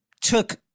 took